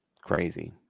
Crazy